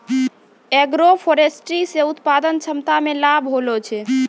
agroforestry से उत्पादन क्षमता मे लाभ होलो छै